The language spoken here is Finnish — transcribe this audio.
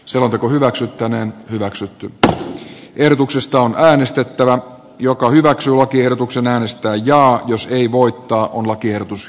selonteko hyväksyttäneen hyväksytty tähän ehdotuksesta on äänestettävä joka hyväksyy lakiehdotuksen äänestää jaa jos ei voittaa on lakiehdotus hylätty